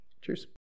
Cheers